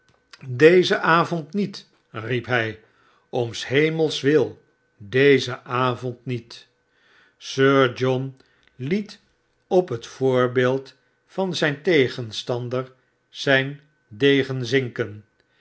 dezen avond niet riep hij om shemels wil dezen avond niet sir john liet op het voorbeeld van zijn tegenstander zijn degen zinken